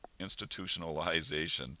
institutionalization